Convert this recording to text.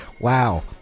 wow